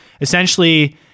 essentially